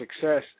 success